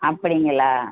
அப்படிங்களா